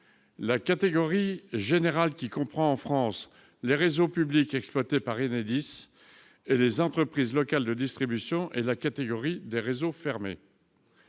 la catégorie générale, qui comprend en France les réseaux publics exploités par Enedis et les entreprises locales de distribution, et la catégorie des réseaux fermés.